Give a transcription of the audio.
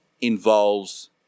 involves